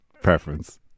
Preference